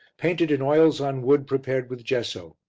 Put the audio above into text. painted in oils on wood prepared with gesso,